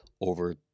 over